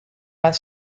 bat